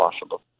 possible